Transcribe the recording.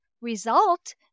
result